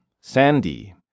Sandy